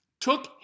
took